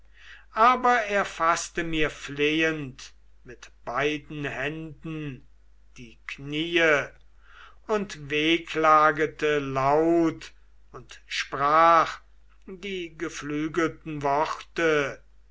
aber er faßte mir flehend mit beiden händen die kniee und wehklagete laut und sprach die geflügelten worte